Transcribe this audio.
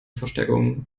verstärkung